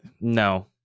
No